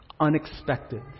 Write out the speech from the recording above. Unexpected